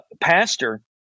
pastor